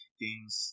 games